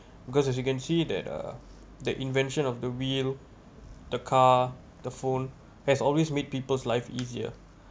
because as you can see that uh the invention of the wheel the car the phone has always made people's life easier